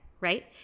right